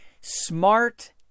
smart